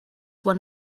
one